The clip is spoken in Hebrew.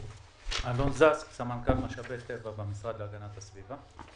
אלון זס"ק, סמנכ"ל משאבי טבע במשרד להגנת הסביבה.